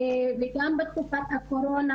וגם בתקופת הקורונה,